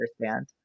understand